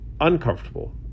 uncomfortable